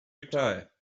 retire